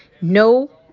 No